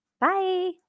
Bye